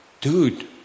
dude